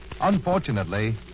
Unfortunately